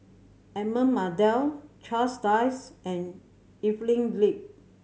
Edmund Blundell Charles Dyce and Evelyn Lip